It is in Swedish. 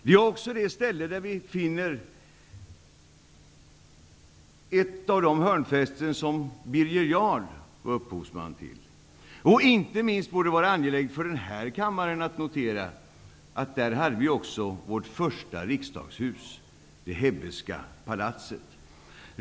Det är också den plats där vi finner ett av de hörnfästen som Birger Jarl var upphovsman till. Inte minst borde det vara angeläget för kammaren att notera att på Riddarholmen fanns vårt första riksdagshus, Hebbeska huset.